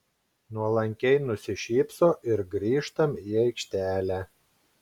nuolankiai nusišypso ir grįžtam į aikštelę